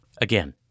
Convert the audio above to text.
Again